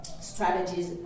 strategies